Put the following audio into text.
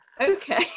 okay